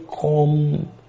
come